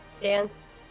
dance